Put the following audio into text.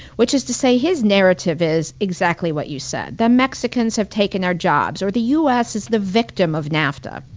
which is to say his narrative is exactly what you said, that mexicans have taken our jobs, or the u. s. the victim of nafta.